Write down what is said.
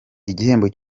igihembo